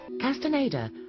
Castaneda